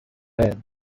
head